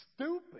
Stupid